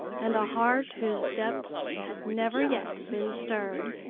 and a heart whose depths had never yet been stirred.